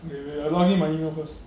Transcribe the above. okay wait I login my email first